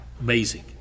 Amazing